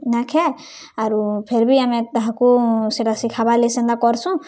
ନାଖେ ଆରୁ ଫେର୍ ବି ଆମେ ତାହାକୁ ସେଟା ଶିଖାବାର୍ଲାଗି ସେନ୍ତା କର୍ସୁଁ